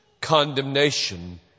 condemnation